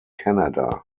canada